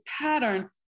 pattern